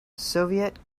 soviet